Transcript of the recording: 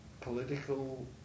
political